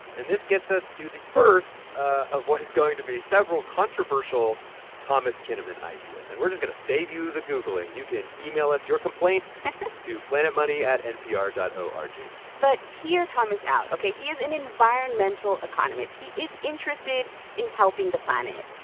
and this gets us to the first of what is going to be several controversial thomas kinnaman ideas. and we're just going to save you the googling. you can email us your complaints to planetmoney at npr dot o r g but hear thomas out ok. he is an environmental economist. he is interested in helping the planet.